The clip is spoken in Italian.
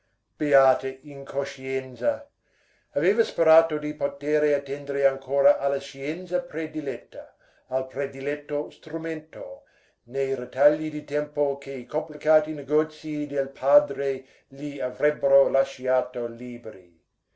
beata incoscienza aveva sperato di potere attendere ancora alla scienza prediletta al prediletto strumento nei ritagli di tempo che i complicati negozii del padre gli avrebbero lasciato liberi